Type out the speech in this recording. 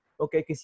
Okay